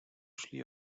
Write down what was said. szli